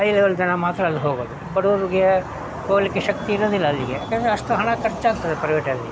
high level ಜನ ಮಾತ್ರ ಅಲ್ಗೆ ಹೋಗೋದು ಬಡವ್ರಿಗೆ ಹೋಗ್ಲಿಕ್ಕೆ ಶಕ್ತಿ ಇರೋದಿಲ್ಲ ಅಲ್ಲಿಗೆ ಯಾಕೆಂದ್ರೆ ಅಷ್ಟು ಹಣ ಕರ್ಚಾಗ್ತದೆ ಪ್ರೈವೇಟಲ್ಲಿ